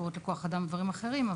שקשורות לכוח אדם ולדברים האחרים.